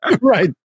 right